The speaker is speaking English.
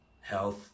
health